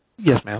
yes, ma'am.